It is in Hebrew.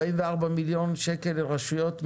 44 מיליון שקל לרשויות מקומיות,